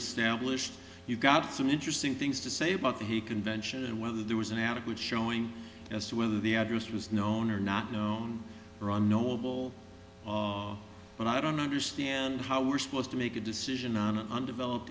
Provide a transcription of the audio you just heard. established you've got some interesting things to say but he convention and whether there was an adequate showing as to whether the address was known or not known or unknowable but i don't understand how we're supposed to make a decision on an undeveloped